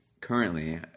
currently